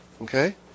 Okay